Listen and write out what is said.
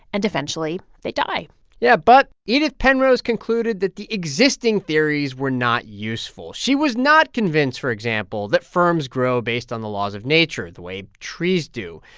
and eventually they die yeah, but edith penrose concluded that the existing theories were not useful. she was not convinced, for example, that firms grow based on the laws of nature the way trees do.